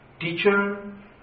teacher